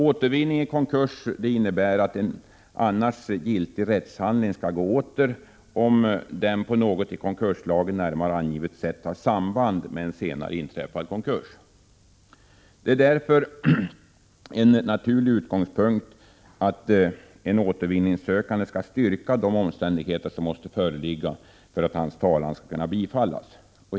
Återvinning i konkurs innebär att en annars giltig rättshandling skall gå åter, om den på något i konkurslagen närmare angivet sätt har samband med en senare inträffad konkurs. Det är därför en naturlig utgångspunkt att en återvinningssökande skall styrka de omständigheter som måste föreligga för att hans talan skall kunna bifallas.